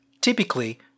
Typically